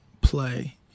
play